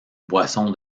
boisson